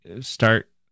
start